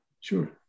Sure